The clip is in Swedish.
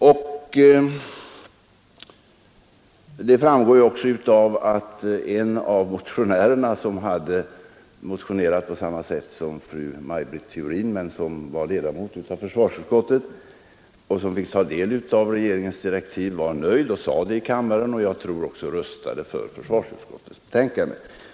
Det kan förtjäna nämnas att en ledamot av kammaren, som i likhet med fru Maj Britt Theorin hade motionerat i frågan men som var ledamot av försvarsutskottet och fick ta del av regeringens direktiv, i kammaren förklarade sig vara nöjd och jag vill minnas också röstade för försvarsutskottets förslag.